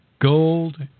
gold